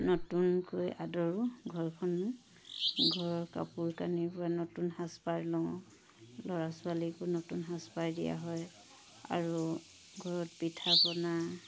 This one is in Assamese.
নতুনকৈ আদৰোঁ ঘৰখন ঘৰৰ কাপোৰ কানিৰপৰা নতুন সাজপাৰ লওঁ ল'ৰা ছোৱালীকো নতুন সাজপাৰ দিয়া হয় আৰু ঘৰত পিঠা পনা